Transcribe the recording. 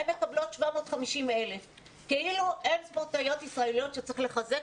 הן מקבלות 750,000. כאילו אין ספורטאיות ישראליות שצריך לחזק